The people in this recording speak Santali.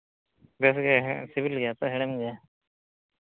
ᱵᱮᱥ ᱜᱮ ᱥᱤᱵᱤᱞ ᱜᱮᱭᱟ ᱥᱮ ᱦᱮᱲᱮᱢ ᱜᱮᱭᱟ